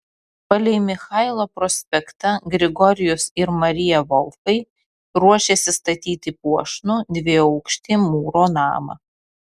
palei michailo prospektą grigorijus ir marija volfai ruošėsi statyti puošnų dviaukštį mūro namą